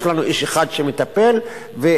יש לנו איש אחד שמטפל וגמרנו,